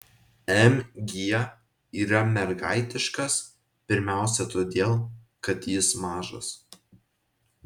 mg yra mergaitiškas pirmiausia todėl kad jis mažas